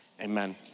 amen